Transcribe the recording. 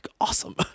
awesome